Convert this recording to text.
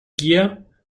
gier